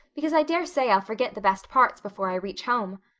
because i daresay i'll forget the best parts before i reach home.